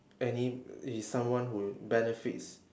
any is someone who benefits